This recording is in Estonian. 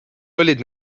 olid